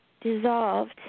dissolved